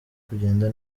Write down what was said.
kugenda